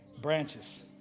branches